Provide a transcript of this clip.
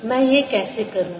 मैं यह कैसे करूँगा